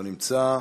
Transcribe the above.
לא נמצא.